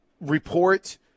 report